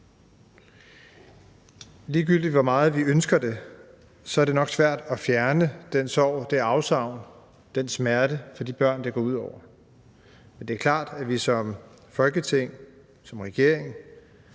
Ligegyldigt hvor meget vi ønsker det, er det nok svært at fjerne den sorg, det afsavn, den smerte for de børn, det går ud over. Det er klart, at vi som Folketing, som regering,